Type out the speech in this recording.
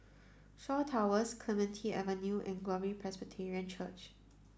Shaw Towers Clementi Avenue and Glory Presbyterian Church